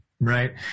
right